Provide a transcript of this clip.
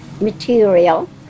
material